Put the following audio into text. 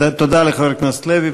תודה לחבר הכנסת לוי.